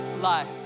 life